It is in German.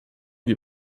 wir